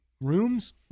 rooms